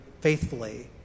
faithfully